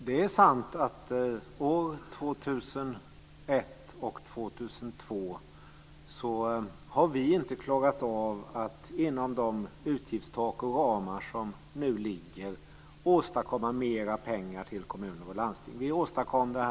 Herr talman! Det är sant att vi inte har klarat av att inom de utgiftstak och ramar som nu finns åstadkomma mera pengar till kommuner och landsting år 2001 och 2002.